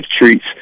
Treats